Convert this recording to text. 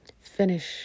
finish